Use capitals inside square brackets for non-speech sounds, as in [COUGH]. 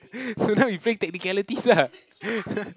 [BREATH] so now you playing technicalities lah [LAUGHS]